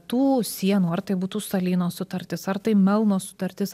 tų sienų ar tai būtų salyno sutartis ar tai melno sutartis